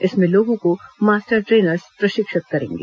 इसमें लोगों को मास्टर टेनर्स प्रशिक्षित करेंगे